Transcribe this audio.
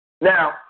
Now